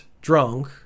drunk